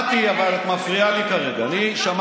תצביע בעד חוק הלאום, אני אסביר לך עוד מעט.